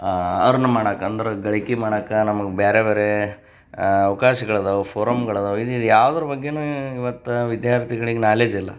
earn ಮಾಡಕ್ಕ ಅಂದ್ರೆ ಗಳಿಕೆ ಮಾಡಕ್ಕ ನಮ್ಗೆ ಬೇರೆ ಬೇರೆ ಅವ್ಕಾಶ್ಗಳದಾವೆ ಫೋರಮ್ಗಳದಾವೆ ಇದಿದು ಯಾವ್ದ್ರ ಬಗ್ಗೆಯೂ ಇವತ್ತು ವಿದ್ಯಾರ್ಥಿಗಳಿಗೆ ನಾಲೆಜ್ ಇಲ್ಲ